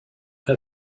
had